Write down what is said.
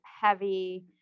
heavy